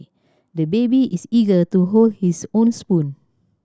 the baby is eager to hold his own spoon